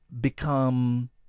become